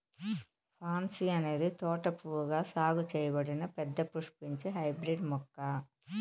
pansy అనేది తోట పువ్వుగా సాగు చేయబడిన పెద్ద పుష్పించే హైబ్రిడ్ మొక్క